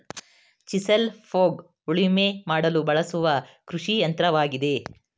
chisel plough ಉಳುಮೆ ಮಾಡಲು ಬಳಸುವ ಕೃಷಿಯಂತ್ರವಾಗಿದೆ